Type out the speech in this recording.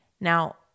Now